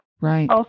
Right